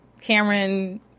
Cameron